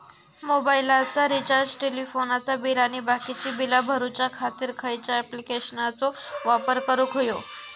मोबाईलाचा रिचार्ज टेलिफोनाचा बिल आणि बाकीची बिला भरूच्या खातीर खयच्या ॲप्लिकेशनाचो वापर करूक होयो?